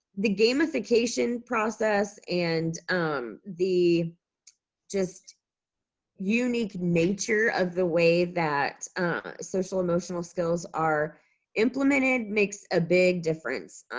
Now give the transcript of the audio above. the gamification process and um the just unique nature of the way that social emotional skills are implemented makes a big difference.